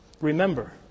Remember